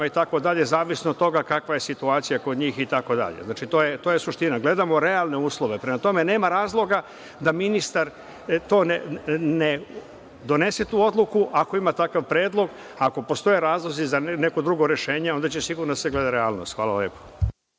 itd, zavisno od toga kakva je situacija kod njih, itd. Znači, to je suština. Gledamo realne uslove. Prema tome, nema razloga da ministar ne donese tu odluku, ako ima takav predlog, ako postoje razlozi za neko drugo rešenje, onda će sigurno da se gleda realnost. Hvala lepo.